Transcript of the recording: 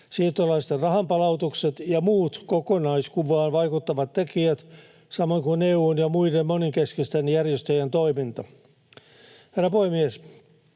siirtolaisten rahanpalautukset ja muut kokonaiskuvaan vaikuttavat tekijät samoin kuin EU:n ja muiden monenkeskisten järjestöjen toiminta. Herra puhemies!